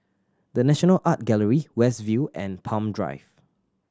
The National Art Gallery West View and Palm Drive